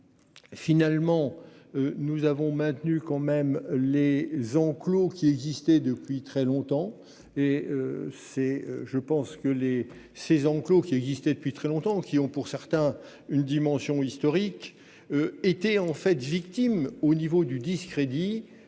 Finalement. Nous avons maintenu quand même les enclos qui existait depuis très longtemps et c'est je pense que les ces enclos qui existait depuis très longtemps, qui ont pour certains une dimension historique. Était en fait victime au niveau du discrédit